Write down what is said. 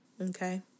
okay